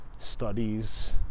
studies